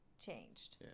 changed